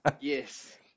yes